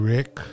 Rick